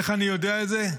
איך אני יודע את זה?